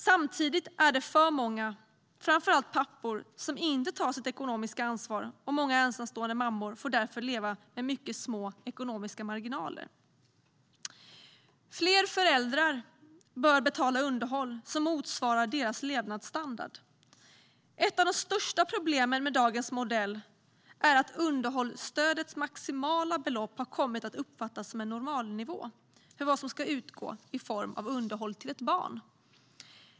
Samtidigt är det för många, framför allt pappor, som inte tar sitt ekonomiska ansvar, och många ensamstående mammor får därför leva med mycket små ekonomiska marginaler. Fler föräldrar bör betala underhåll som motsvarar deras levnadsstandard. Ett av de största problemen med dagens modell är att underhållsstödets maximala belopp har kommit att uppfattas som normalnivå för vad som ska utgå i form av underhåll till ett barn.